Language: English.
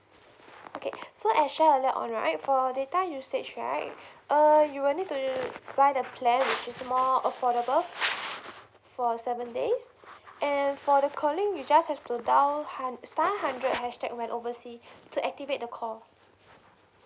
okay so I share earlier on right for data usage right err you will need to buy the plan which is more affordable for seven days and for the calling you just have to dial hun~ star hundred hashtag when oversea to activate the call